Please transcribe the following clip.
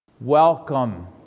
Welcome